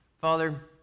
Father